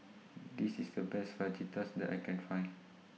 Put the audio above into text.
This IS The Best Fajitas that I Can Find